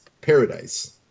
paradise